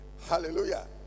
hallelujah